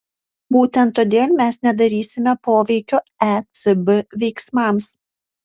būtent todėl mes nedarysime poveikio ecb veiksmams